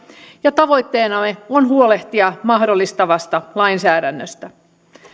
ja tavoitteenamme on huolehtia mahdollistavasta lainsäädännöstä